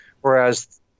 whereas